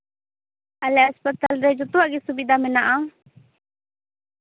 ᱟᱞᱮᱭᱟᱜ ᱦᱟᱥᱯᱟᱛᱟᱞ ᱨᱮ ᱡᱚᱛᱚᱣᱟᱜ ᱜᱮ ᱥᱩᱵᱤᱫᱟ ᱢᱮᱱᱟᱜᱼᱟ